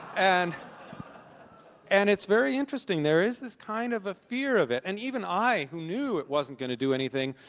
and and it's very interesting, there is this kind of a fear of it, and even i, who knew it wasn't going to do anything,